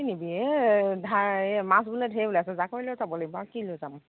কি নিবি এ ধা এই মাছ বোলে ধেৰ ওলাইছে জাকৈ লৈ যাব লাগিব আৰু কি লৈ যাম